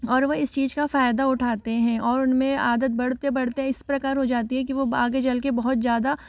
और वह इस चीज़ का फायदा उठाते हैं और उनमें आदत बढ़ते बढ़ते इस प्रकार हो जाती है कि वह आगे चल कर बहुत ज़्यादा